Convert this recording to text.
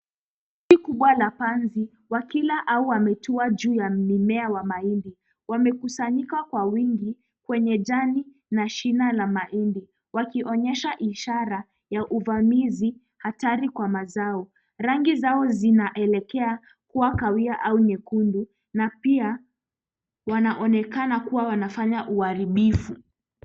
Kundi kubwa la panzi wakila au wametua juu ya mmea wa mahindi. Wamekusanyika kwa wingi kwenye jani na shina la mahindi, wakionyesha ishara ya uvamizi hatari kwa mazao. Rangi zao zinaelekea kuwa kawia au nyekundu na pia wanaonekana kuwa wanafanya uharibifu.